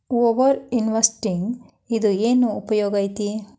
over investing ಇಂದ ಏನ್ ಉಪಯೋಗ ಐತಿ